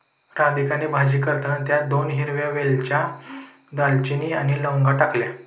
राधिकाने भाजी करताना त्यात दोन हिरव्या वेलच्या, दालचिनी आणि लवंगा टाकल्या